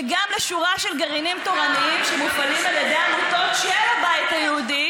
וגם לשורה של גרעינים תורניים שמופעלים על ידי עמותות של הבית היהודי,